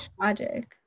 tragic